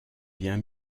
bien